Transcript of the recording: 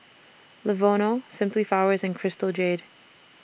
Lenovo Simply Flowers and Crystal Jade